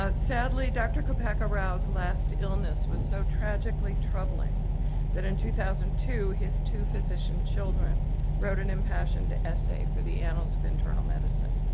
ah sadly, dr. koppaka rao's last illness was so tragically troubling that in two thousand and two his two physician children wrote an impassioned essay for the annals of internal medicine,